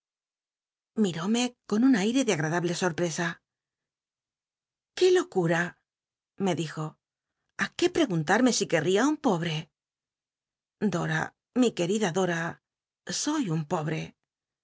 ilirómc con un aire de agtadable soi'jh'csa qué loctna me dijo i qué preguntarme si qucl'l'ia ti un polll'c dota mi querida dora o un llobrc